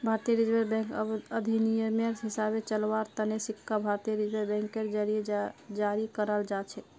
भारतीय reserve bank अधिनियमेर हिसाबे चलव्वार तने सिक्का भारतीय रिजर्व बैंकेर जरीए जारी कराल जाछेक